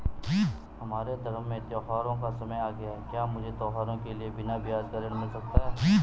हमारे धर्म में त्योंहारो का समय आ गया है क्या मुझे त्योहारों के लिए बिना ब्याज का ऋण मिल सकता है?